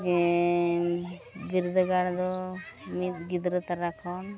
ᱦᱮᱸ ᱵᱤᱨᱫᱟᱹᱜᱟᱲ ᱫᱚ ᱢᱤᱫ ᱜᱤᱫᱽᱨᱟᱹ ᱛᱚᱨᱟ ᱠᱷᱚᱱ